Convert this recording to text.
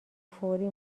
فوری